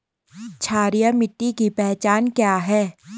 क्षारीय मिट्टी की पहचान क्या है?